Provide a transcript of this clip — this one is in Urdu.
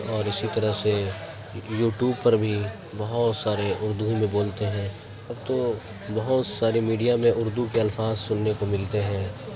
اور اسی طرح سے یو ٹوب پر بھی بہت سارے اردو ہی میں بولتے ہیں اب تو بہت ساری میڈیا میں اردو کے الفاظ سننے کو ملتے ہیں